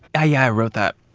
i yeah wrote that